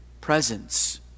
presence